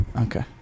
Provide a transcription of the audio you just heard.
Okay